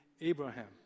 Abraham